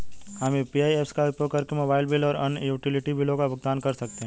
हम UPI apps का उपयोग करके मोबाइल बिल और अन्य यूटिलिटी बिलों का भुगतान कर सकते हैं